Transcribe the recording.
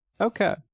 okay